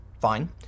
Fine